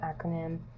acronym